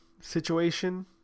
situation